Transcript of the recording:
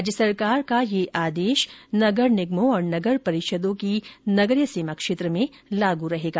राज्य सरकार का यह आदेश नगर निगम और नगर परिषद की नगरीय सीमा में लागू रहेगा